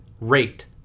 rate